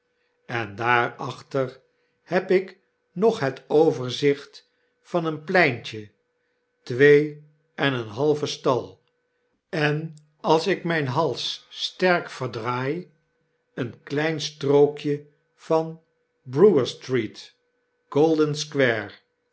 en daarachter heb ik nog het overzicht van eenpleintje twee en een halven stal en als ik mijn hals sterk verdraai een klein strookje van